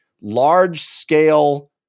large-scale